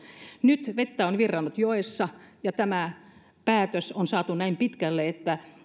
nyt vettä on virrannut joessa ja tämä päätös on saatu näin pitkälle että